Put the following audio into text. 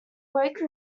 woke